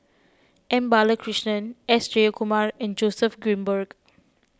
M Balakrishnan S Jayakumar and Joseph Grimberg